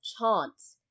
chance